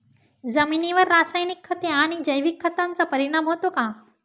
जमिनीवर रासायनिक खते आणि जैविक खतांचा परिणाम होतो का?